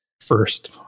first